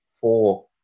four